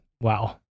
Wow